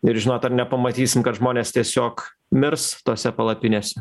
ir žinot ar nepamatysim kad žmonės tiesiog mirs tose palapinėse